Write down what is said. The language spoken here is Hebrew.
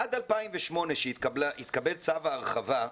עד 2008, עת התקבל צו ההרחבה,